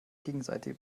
gegenseite